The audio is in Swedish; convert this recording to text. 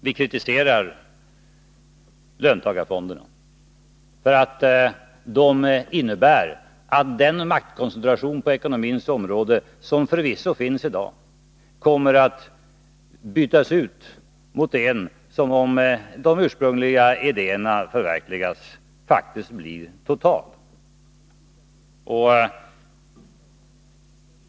Vi kritiserar löntagarfonderna därför att de innebär att den maktkoncentration på ekonomins område som förvisso finns i dag kommer att bytas ut mot en som, om de ursprungliga idéerna förverkligas, faktiskt blir total.